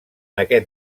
aquest